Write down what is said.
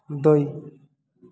दही